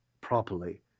properly